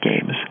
games